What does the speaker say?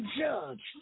judge